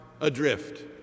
adrift